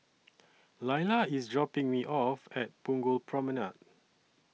Lilah IS dropping Me off At Punggol Promenade